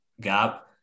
gap